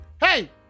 Hey